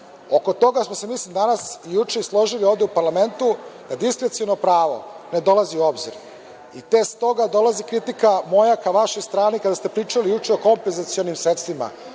Oko toga smo se, mislim, danas i juče složili u parlamentu. Diskreciono pravo ne dolazi u obzir, te stoga dolazi kritika, moja ka vašoj strani, kada ste juče pričali o kompenzacionim sredstvima.